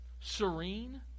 serene